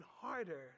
harder